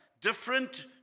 different